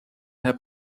herr